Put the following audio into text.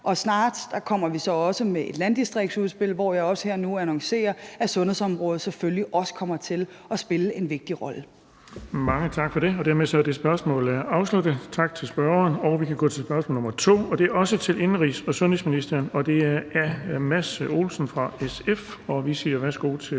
og snart kommer vi så med et landdistriktsudspil, hvor jeg også her og nu annoncerer at sundhedsområdet selvfølgelig også kommer til at spille en vigtig rolle.